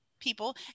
People